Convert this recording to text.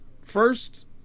First